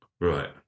Right